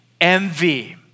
Envy